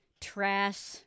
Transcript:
trash